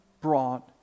brought